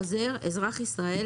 "חוזר" אזרח ישראל,